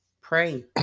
pray